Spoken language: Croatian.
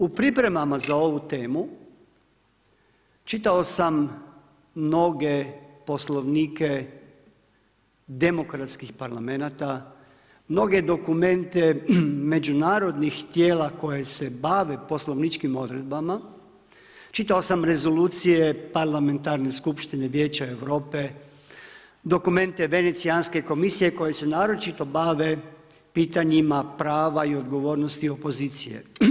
U pripremama za ovu temu čitao sam mnoge Poslovnike demokratskih parlamenata, mnoge dokumente međunarodnih tijela koja se bave poslovničkim odredbama, čitao sam rezolucije parlamentarne skupštine Vijeća Europe, dokumente venecijske komisije koje se naročito bave pitanjima prava i odgovornosti opozicije.